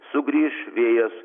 sugrįš vėjas